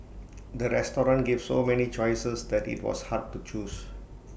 the restaurant gave so many choices that IT was hard to choose